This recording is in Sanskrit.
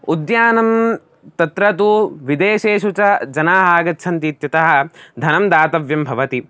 उद्यानं तत्र तु विदेशेषु च जनाः आगच्छन्ति इत्यतः धनं दातव्यं भवति